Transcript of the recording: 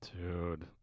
Dude